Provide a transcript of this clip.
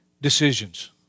Decisions